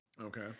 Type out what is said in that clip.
Okay